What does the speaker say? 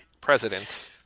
president